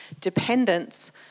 dependence